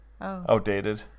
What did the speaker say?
outdated